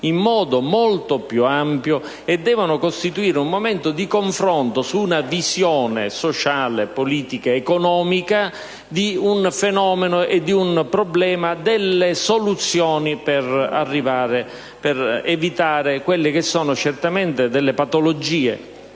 in modo molto più ampio, al fine di costituire un momento di confronto su una visione sociale, politica ed economica di un fenomeno, di un problema e sulle possibili soluzioni per evitare quelle che sono certamente patologie